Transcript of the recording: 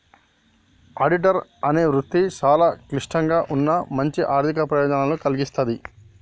auditor అనే వృత్తి చాలా క్లిష్టంగా ఉన్నా మంచి ఆర్ధిక ప్రయోజనాలను కల్గిస్తాది